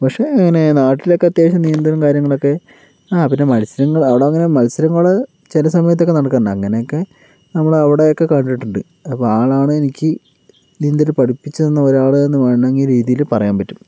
പക്ഷേ ഇങ്ങനെ നാട്ടിലൊക്കെ അത്യാവശ്യം നീന്തലും കാര്യങ്ങളൊക്കെ ആ പിന്നെ മത്സരങ്ങൾ അവിടെ അങ്ങനെ മത്സരങ്ങൾ ചില സമയത്തൊക്കെ നടക്കാറുണ്ട് അങ്ങനെയൊക്കെ നമ്മൾ അവിടെയൊക്കെ കണ്ടിട്ടുണ്ട് അപ്പോൾ ആളാണ് എനിക്ക് നീന്തൽ പഠിപ്പിച്ച് തന്ന ഒരാള് എന്ന് വേണമെങ്കിൽ രീതിയിൽ പറയാൻ പറ്റും